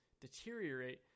deteriorate